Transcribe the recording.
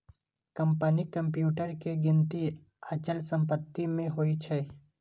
कंपनीक कंप्यूटर के गिनती अचल संपत्ति मे होइ छै